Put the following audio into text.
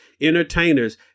entertainers